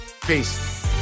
Peace